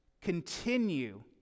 continue